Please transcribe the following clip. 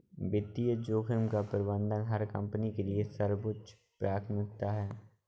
वित्तीय जोखिम का प्रबंधन हर कंपनी के लिए सर्वोच्च प्राथमिकता है